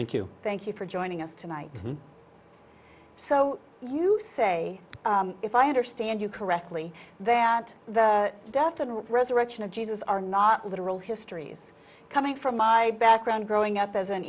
thank you thank you for joining us tonight so you say if i understand you correctly that the death and resurrection of jesus are not literal histories coming from my background growing up as an